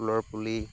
ফুলৰ পুলি